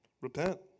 Repent